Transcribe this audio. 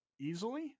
easily